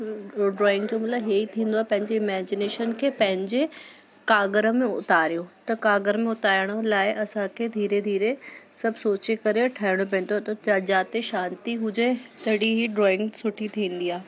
drawing कंहिंमहिल हे थींदो आहे पंहिंजे इमैजिनेशन खे पंहिंजे क़ागर में उतारियो त क़ागर में उतारण लाइ असांखे धीरे धीरे सभु सोचे करे ठाहिणो पवंदो आहे त जिथे शांती हुजे तॾहिं हीउ ड्राइंग सुठी थींदी आहे